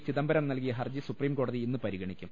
ചിദംബരം നൽകിയ ഹർജി സുപ്രീംകോടതി ഇന്ന് പരിഗണിക്കും